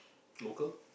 local